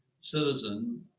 citizen